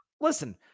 Listen